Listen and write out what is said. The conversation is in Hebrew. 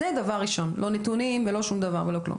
זה דבר ראשון, לא נתונים ולא שום דבר אחר.